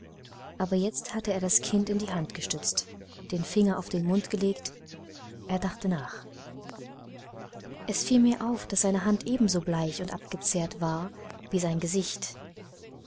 aber jetzt hatte er das kinn in die hand gestützt den finger auf den mund gelegt er dachte nach es fiel mir auf daß seine hand ebenso bleich und abgezehrt war wie sein gesicht